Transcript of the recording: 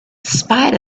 spite